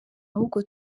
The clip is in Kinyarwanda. ahubwo